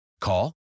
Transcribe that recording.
Call